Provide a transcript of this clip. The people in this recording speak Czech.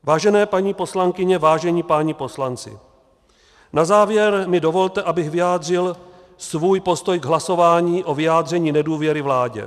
Vážené paní poslankyně, vážení páni poslanci, na závěr mi dovolte, abych vyjádřil svůj postoj k hlasování o vyjádření nedůvěry vládě.